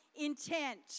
intent